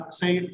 say